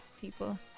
people